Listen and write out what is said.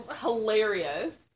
hilarious